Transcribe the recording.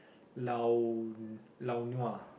lao lao nua